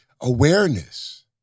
awareness